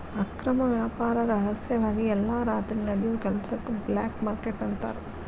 ಅಕ್ರಮ ವ್ಯಾಪಾರ ರಹಸ್ಯವಾಗಿ ಎಲ್ಲಾ ರಾತ್ರಿ ನಡಿಯೋ ಕೆಲಸಕ್ಕ ಬ್ಲ್ಯಾಕ್ ಮಾರ್ಕೇಟ್ ಅಂತಾರ